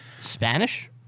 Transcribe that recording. Spanish